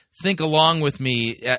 think-along-with-me